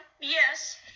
Yes